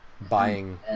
buying